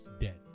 dead